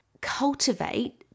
cultivate